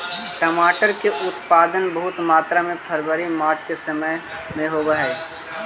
टमाटर के उत्पादन बहुत मात्रा में फरवरी मार्च के समय में होवऽ हइ